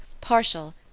partial